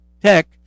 tech